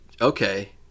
okay